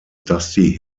dusty